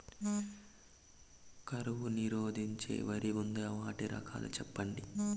కరువు నిరోధించే వరి ఉందా? వాటి రకాలు చెప్పండి?